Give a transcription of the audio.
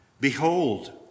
Behold